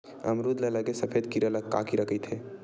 अमरूद म लगे सफेद कीरा ल का कीरा कइथे?